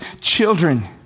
children